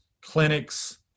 clinics